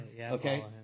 okay